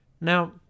Now